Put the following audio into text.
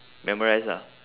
memorised lah